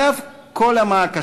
על אף כל המעקשים,